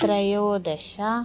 त्रयोदश